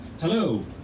Hello